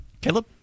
Caleb